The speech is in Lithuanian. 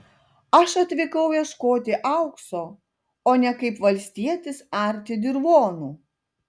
aš atvykau ieškoti aukso o ne kaip valstietis arti dirvonų